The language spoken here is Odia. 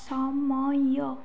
ସମୟ